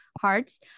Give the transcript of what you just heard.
hearts